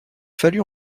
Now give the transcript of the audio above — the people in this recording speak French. fallu